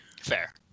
Fair